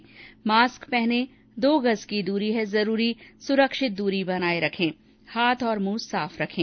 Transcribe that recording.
mask पहनें दो गज़ की दूरी है जरूरी सुरक्षित दूरी बनाए रखें हाथ और मुंह साफ रखें